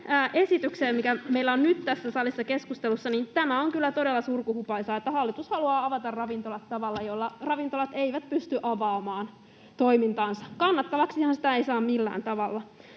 esitykseen, mikä meillä on nyt tässä salissa keskustelussa, niin tämä on kyllä todella surkuhupaisaa, että hallitus haluaa avata ravintolat tavalla, jolla ravintolat eivät pysty avaamaan toimintaansa. Kannattavaksihan sitä ei saa millään tavalla.